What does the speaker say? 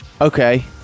Okay